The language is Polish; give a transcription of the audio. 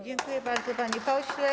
Dziękuję bardzo, panie pośle.